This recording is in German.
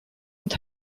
und